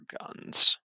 guns